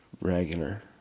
regular